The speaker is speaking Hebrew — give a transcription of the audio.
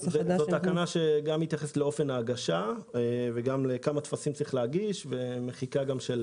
החדש --- זו תקנה שמתייחסת לאופן ההגשה וגם למחיקה של